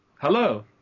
Hello